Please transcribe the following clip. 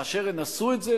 כאשר הן עשו את זה,